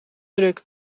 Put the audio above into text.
druk